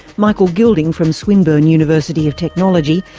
michael gilding from swinburne university of technology,